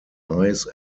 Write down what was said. eyes